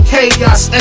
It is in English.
Chaos